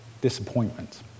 disappointment